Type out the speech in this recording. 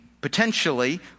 potentially